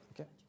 Okay